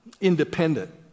independent